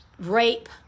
rape